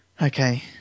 Okay